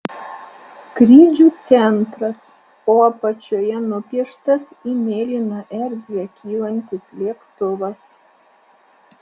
skrydžių centras o apačioje nupieštas į mėlyną erdvę kylantis lėktuvas